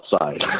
outside